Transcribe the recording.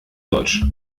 deutsch